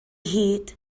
hid